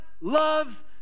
loves